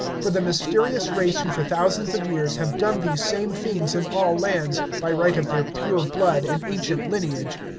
for the mysterious race who for thousands of years have done these same things in all lands, by right of their pure blood and ancient lineage.